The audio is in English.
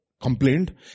complained